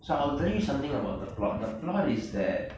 so I will tell you something about the plot the plot is that